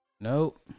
nope